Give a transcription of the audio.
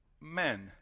men